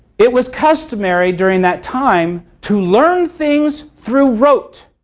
it was customary during that time, to learn things through rote.